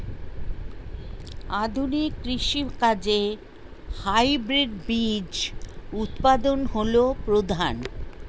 আধুনিক কৃষি কাজে হাইব্রিড বীজ উৎপাদন হল প্রধান